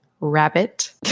rabbit